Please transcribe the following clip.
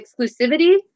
exclusivity